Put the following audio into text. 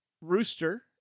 Rooster